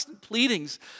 pleadings